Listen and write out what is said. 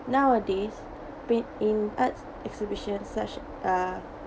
nowadays paid in arts exhibitions such uh